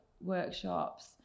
workshops